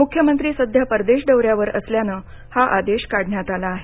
मुख्यमंत्री सध्या परदेश दौ यावर असल्यानं हा आदेश काढण्यात आला आहे